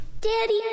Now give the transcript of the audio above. Daddy